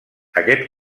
aquest